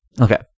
okay